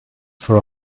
for